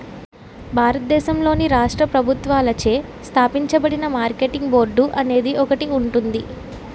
భారతదేశంలోని రాష్ట్ర ప్రభుత్వాలచే స్థాపించబడిన మార్కెటింగ్ బోర్డు అనేది ఒకటి ఉంటుంది